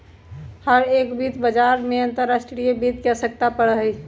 हर एक वित्त बाजार में अंतर्राष्ट्रीय वित्त के आवश्यकता पड़ा हई